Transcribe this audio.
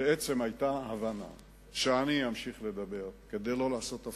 בעצם היתה הבנה שאני אמשיך לדבר כדי שלא לעשות הפסקה,